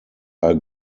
are